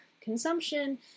consumption